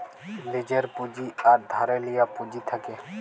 লীজের পুঁজি আর ধারে লিয়া পুঁজি থ্যাকে